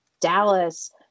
Dallas